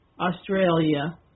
Australia